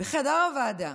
בחדר הוועדה,